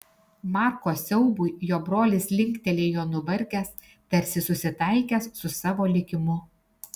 marko siaubui jo brolis linktelėjo nuvargęs tarsi susitaikęs su savo likimu